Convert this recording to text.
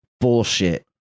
bullshit